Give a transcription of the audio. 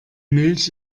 milch